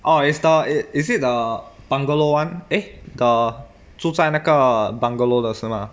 orh is the i~ is it the bungalow [one] eh the 住在那个 bungalow 的是吗